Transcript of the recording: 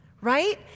right